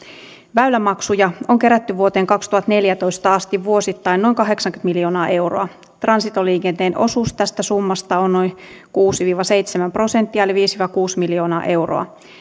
väylämaksuja on kerätty vuoteen kaksituhattaneljätoista asti vuosittain noin kahdeksankymmentä miljoonaa euroa transitoliikenteen osuus tästä summasta on noin kuusi viiva seitsemän prosenttia eli viisi viiva kuusi miljoonaa euroa